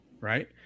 right